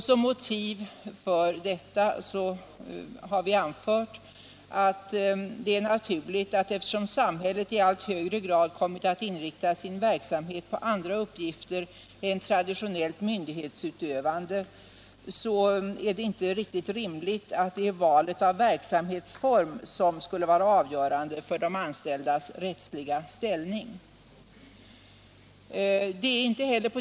Som motiv anför vi att det är naturligt att eftersom samhället i allt högre grad kommit att inrikta sin verksamhet på andra uppgifter än traditionellt myndighetsutövande, är det inte rimligt att det är valet av verksamhetsform som skall vara avgörande för de anställdas rättsliga ställning.